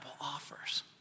offers